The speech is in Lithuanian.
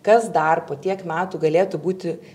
kas dar po tiek metų galėtų būti